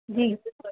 जी